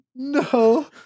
No